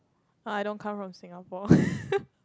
but I don't come from Singapore